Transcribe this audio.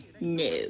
no